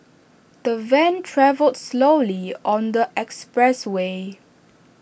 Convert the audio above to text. the van travelled slowly on the expressway